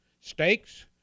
Steaks